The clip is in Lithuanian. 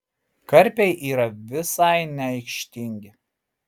karpiai yra visai neaikštingi